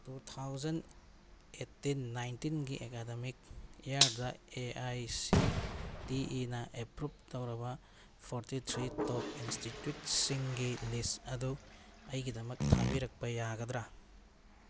two thousand eighteen ꯅꯥꯏꯟꯇꯤꯟꯒꯤ academic ꯏꯌꯥꯔꯗ A I C T ꯏꯅ ꯑꯦꯄ꯭ꯔꯨꯕ ꯇꯧꯔꯕ ꯐꯣꯔꯇꯤ ꯊ꯭ꯔꯤ ꯇꯣꯞ ꯏꯟꯁꯇꯤꯇ꯭ꯌꯨꯠꯁꯤꯡꯒꯤ ꯂꯤꯁ ꯑꯗꯨ ꯑꯩꯒꯤꯗꯃꯛ ꯊꯥꯕꯤꯔꯛꯄ ꯌꯥꯒꯗ꯭ꯔꯥ